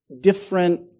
different